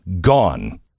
gone